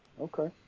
Okay